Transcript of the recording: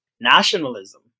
Nationalism